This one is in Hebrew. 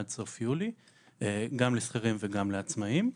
עד סוף יולי, גם לשכירים וגם לעצמאים.